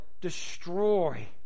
destroy